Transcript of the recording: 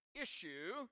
issue